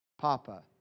Papa